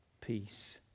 peace